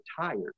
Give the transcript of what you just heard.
tired